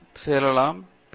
செய்யலாம் பிஎச்